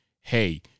hey